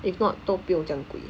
if not 都不用这么贵